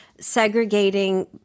segregating